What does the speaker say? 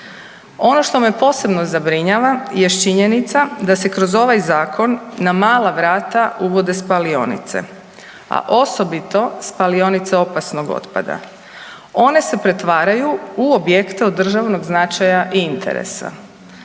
Ono što me posebno zabrinjava jest činjenica da se kroz ovaj zakon na mala vrata uvode spalionice, a osobito spalionice opasnog otpada. One se pretvaraju u objekte od državnog značaja i interesa.